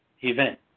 event